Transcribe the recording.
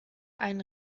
einen